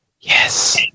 Yes